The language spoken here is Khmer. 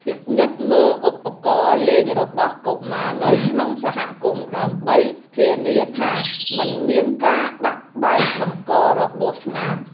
ពិនិត្យមើលឧបករណ៍លេងរបស់កុមារនៅក្នុងសហគមន៍ដើម្បីធានាថាមិនមានការបាក់បែកបង្ករបួសស្នាម។